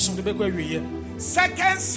Second